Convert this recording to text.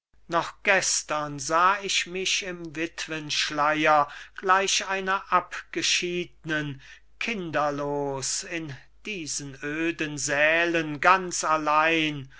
noch gestern sah ich mich im wittwenschleier gleich einer abgeschiednen kinderlos in diesen öden sälen ganz allein